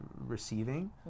receiving